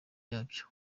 yabyo